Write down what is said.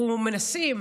אנחנו מנסים,